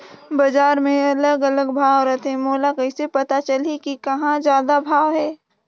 बजार मे अलग अलग भाव रथे, मोला कइसे पता चलही कि कहां जादा भाव हे?